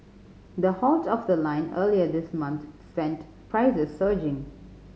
the halt of the line earlier this month sent prices surging